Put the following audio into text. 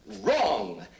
Wrong